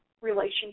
relationship